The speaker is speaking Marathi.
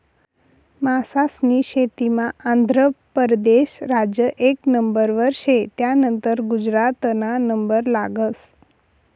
मासास्नी शेतीमा आंध्र परदेस राज्य एक नंबरवर शे, त्यानंतर गुजरातना नंबर लागस